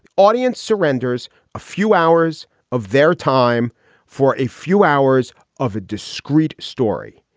audience surrenders a few hours of their time for a few hours of a discrete story.